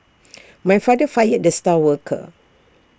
my father fired the star worker